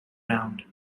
round